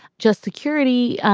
just security